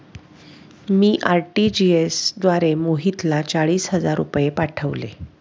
मी RTGS द्वारे मोहितला चाळीस हजार रुपये पाठवले